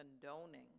condoning